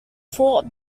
fort